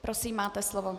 Prosím, máte slovo.